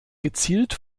gezielt